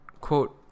quote